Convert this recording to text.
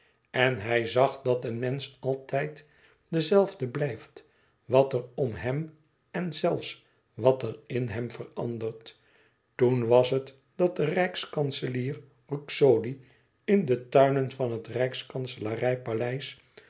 en hij zag dat een mensch altijd de zelfde blijft wat er om hem en zelfs wat er in hem verandert e ids aargang oen was het dat de rijkskanselier ruxodi in de tuinen van het